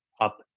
up